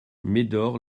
médor